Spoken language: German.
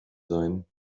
sein